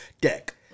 deck